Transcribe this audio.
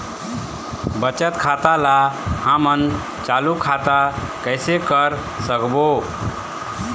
बचत खाता ला हमन चालू खाता कइसे कर सकबो?